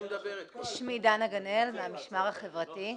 אני מהמשמר החברתי.